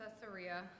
Caesarea